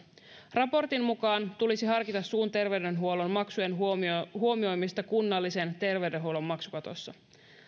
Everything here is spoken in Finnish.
raportin mukaan tulisi harkita suun terveydenhuollon maksujen huomioimista huomioimista kunnallisen terveydenhuollon maksukatossa